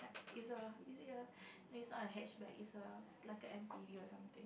it's a is it a no it's not a hatchback it's a like a M_P_V or something